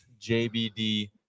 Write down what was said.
JBD